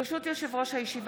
אדוני היושב-ראש,